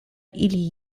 ili